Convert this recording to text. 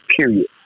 period